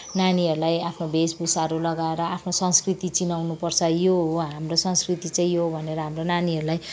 नानीहरूलाई आफ्नो भेषभूषाहरू लगाएर आफ्नो संस्कृति चिनाउनु पर्छ यो हो हाम्रो संस्कृति चाहिँ यो हो भनेर हाम्रो नानीहरूलाई